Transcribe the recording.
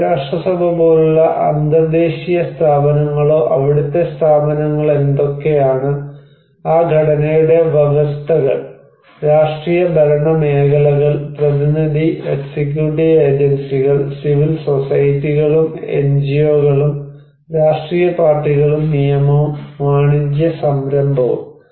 ഐക്യരാഷ്ട്രസഭ പോലുള്ള അന്തർദ്ദേശീയ സ്ഥാപനങ്ങളോ അവിടത്തെ സ്ഥാപനങ്ങൾ എന്തൊക്കെയാണ് ആ ഘടനയുടെ വ്യവസ്ഥകൾ രാഷ്ട്രീയ ഭരണ മേഖലകൾ പ്രതിനിധി എക്സിക്യൂട്ടീവ് ഏജൻസികൾ സിവിൽ സൊസൈറ്റികളും എൻജിഒകളും രാഷ്ട്രീയ പാർട്ടികളും നിയമവും വാണിജ്യ സംരംഭവും